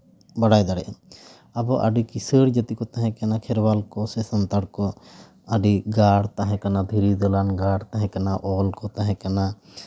ᱵᱟᱵᱚᱱ ᱵᱟᱲᱟᱭ ᱫᱟᱲᱮᱭᱟᱜᱼᱟ ᱟᱵᱚ ᱟᱹᱰᱤ ᱠᱤᱥᱟᱹᱬ ᱡᱟᱹᱛᱤ ᱠᱚ ᱛᱟᱦᱮᱸ ᱠᱟᱱᱟ ᱠᱷᱮᱨᱣᱟᱞ ᱠᱚᱥᱮ ᱥᱟᱱᱛᱟᱲ ᱠᱚ ᱟᱹᱰᱤ ᱜᱟᱲ ᱛᱟᱦᱮᱸ ᱠᱟᱱᱟ ᱫᱷᱤᱨᱤ ᱫᱟᱞᱟᱱ ᱜᱟᱲ ᱛᱟᱦᱮᱸ ᱠᱟᱱᱟ ᱚᱞ ᱠᱚ ᱛᱟᱦᱮᱸ ᱠᱟᱱᱟ